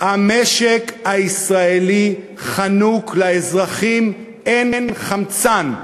המשק הישראלי חנוק, לאזרחים אין חמצן,